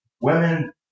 women